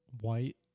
white